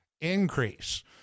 increase